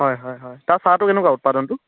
হয় হয় হয় তাৰ চাহটো কেনেকুৱা উৎপাদনটো